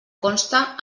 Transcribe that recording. conste